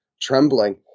trembling